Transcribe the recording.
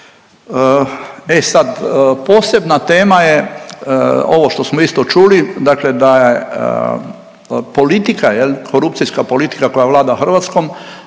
E sad, posebna tema je ovo što smo isto čuli dakle da politika jel, korupcijska politika koja vlada Hrvatskom